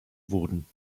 wurden